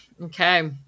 okay